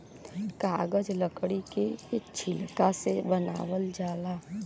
कागज लकड़ी के छिलका से बनावल जाला